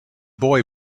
boy